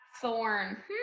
thorn